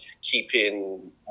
keeping